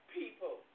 people